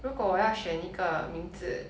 如果我要选一个名字